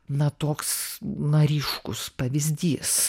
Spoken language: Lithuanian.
na toks na ryškus pavyzdys